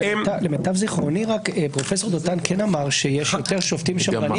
למיטב זיכרוני פרופסור דותן כן אמר שיש יותר שופטים שמרנים.